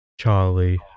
Charlie